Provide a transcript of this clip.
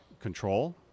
control